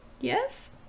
Yes